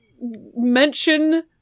mention